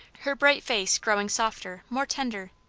her bright face growing softer, more tender.